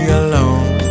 alone